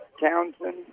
Townsend